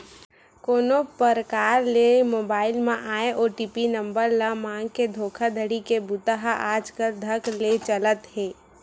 कोनो परकार ले मोबईल म आए ओ.टी.पी नंबर ल मांगके धोखाघड़ी के बूता ह आजकल धकल्ले ले चलत हे